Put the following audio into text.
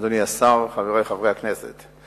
אדוני השר, חברי חברי הכנסת,